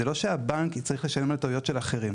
זה לא שהבנק יצטרך לשלם על טעויות של אחרים.